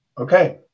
okay